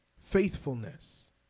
faithfulness